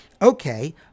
Okay